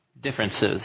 differences